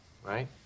right